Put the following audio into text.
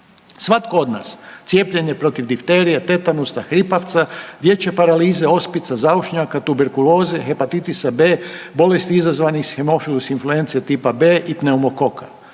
Svatko od nas cijepljenje protiv difterije, tetanusa, hripavca, dječje paralize, ospice, zaušnjaka, tuberkuloze, hepatitisa B, bolesti izazvanih hemofilus influence tipa B i pneumokoka.